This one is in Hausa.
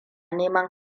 neman